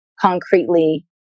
concretely